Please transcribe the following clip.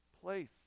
place